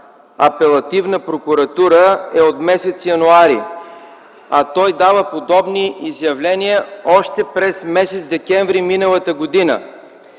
Апелативна прокуратура, е от м. януари, а той дава подобни изявления още през м. декември м.г. Затова